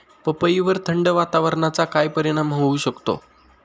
पपईवर थंड वातावरणाचा काय परिणाम होऊ शकतो?